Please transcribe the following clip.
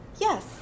yes